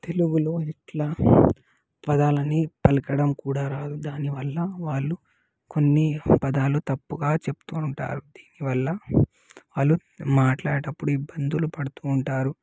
తెలుగులో ఎట్లా పదాలని పలకడం కూడా రాదు దానివల్ల వాళ్ళు కొన్ని పదాలు తప్పుగా చెప్తు ఉంటారు దీనివల్ల వాళ్ళు మాట్లాడేటప్పుడు ఇబ్బందులు పడుతు ఉంటారు